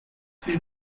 sie